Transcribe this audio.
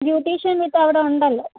beautician ഇപ്പോൾ അവിടെ ഉണ്ടല്ലോ